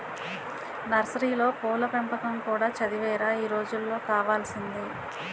నర్సరీలో పూల పెంపకం కూడా చదువేరా ఈ రోజుల్లో కావాల్సింది